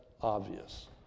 obvious